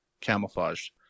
camouflaged